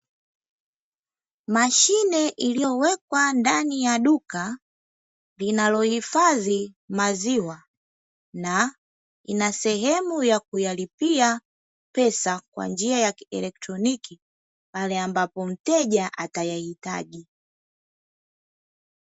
Mashine iliyowekwa ndani ya duka linalohifadhi maziwa, na ina sehemu ya kuyalipia pesa kwa njia ya kielektroniki pale ambapo mteja atayahitaji.